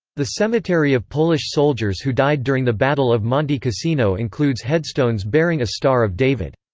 the cemetery of polish soldiers who died during the battle of monte cassino includes headstones bearing a star of david.